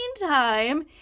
meantime